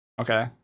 okay